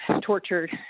tortured